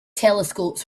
telescopes